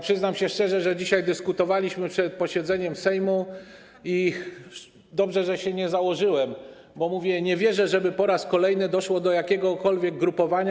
Przyznam szczerze, że dzisiaj dyskutowaliśmy przed posiedzeniem Sejmu i dobrze, że się nie założyłem, bo mówię: nie wierzę, że po raz kolejny dojdzie do jakiegokolwiek grupowania.